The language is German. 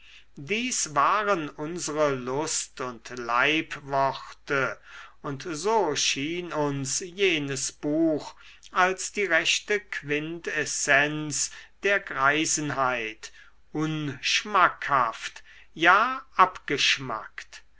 dies waren unsere lust und leibworte und so schien uns jenes buch als die rechte quintessenz der greisenheit unschmackhaft ja abgeschmackt